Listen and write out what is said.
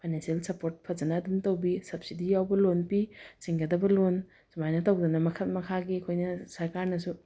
financial support ꯐꯖꯅ ꯑꯗꯨꯝ ꯇꯧꯕꯤ ꯁꯕꯁꯤꯗꯤ ꯌꯥꯎꯕ ꯂꯣꯟ ꯄꯤ ꯁꯤꯡꯒꯗꯕ ꯂꯣꯟ ꯁꯨꯃꯥꯏꯅ ꯇꯧꯗꯅ ꯃꯈꯜ ꯃꯈꯥꯒꯤ ꯑꯩꯈꯣꯏꯒꯤ ꯁꯔꯀꯥꯔꯅꯁꯨ